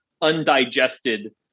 undigested